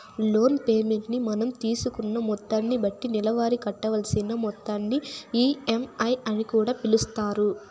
loan payment ని మనం తీసుకున్న మొత్తాన్ని బట్టి నెలవారీ కట్టవలసిన మొత్తాన్ని ఈ.ఎం.ఐ అని కూడా పిలుస్తారు